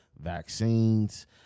vaccines